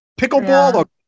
pickleball